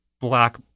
black